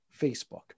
Facebook